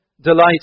Delight